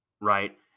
right